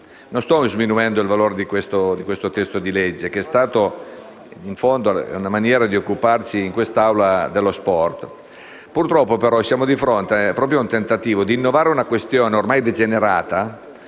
Non sto sminuendo il valore di questo testo di legge, che in fondo è una maniera di occuparci dello sport in quest'Aula. Purtroppo, siamo di fronte a un tentativo di innovare una questione ormai degenerata,